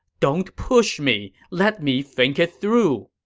don't push me. let me think it through.